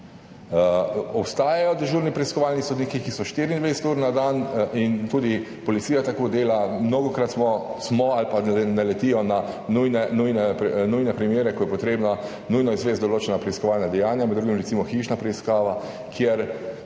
Obstajajo dežurni preiskovalni sodniki, ki [delajo] 24 ur na dan in tudi policija tako dela, mnogokrat smo ali pa so naleteli na nujne primere, ko je potrebno nujno izvesti določena preiskovalna dejanja, med drugim recimo hišno preiskavo,